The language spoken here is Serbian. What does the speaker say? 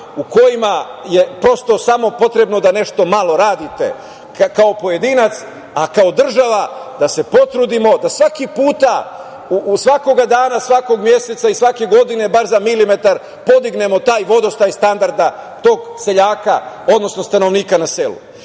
u kojima je samo potrebno da nešto malo radite, kao pojedinac, kao država da se potrudimo da svakog puta, svakog dana, svakog meseca i svake godine, bar za milimetar podignemo taj vodostaj standarda, tog seljaka, odnosno stanovnika na